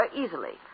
easily